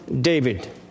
David